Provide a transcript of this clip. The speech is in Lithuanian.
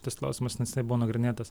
šitas klausimas neseniai buvo nagrinėtas